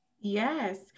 yes